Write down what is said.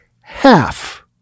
half